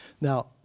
Now